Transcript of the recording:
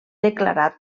declarat